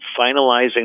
finalizing